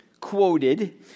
quoted